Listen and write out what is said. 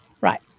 Right